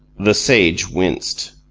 the sage winced.